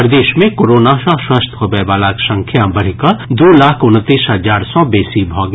प्रदेश मे कोरोना सँ स्वस्थ होबयवलाक संख्या बढ़िकऽ दू लाख उनतीस हजार सँ बेसी भऽ गेल